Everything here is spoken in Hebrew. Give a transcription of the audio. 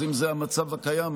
אם זה המצב הקיים,